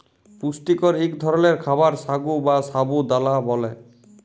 পুষ্টিকর ইক ধরলের খাবার সাগু বা সাবু দালা ব্যালে